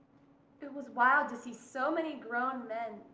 it was wild to see so many grown men,